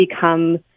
become